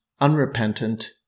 unrepentant